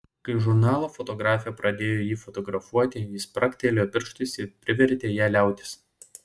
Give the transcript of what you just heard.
kai žurnalo fotografė pradėjo jį fotografuoti jis spragtelėjo pirštais ir privertė ją liautis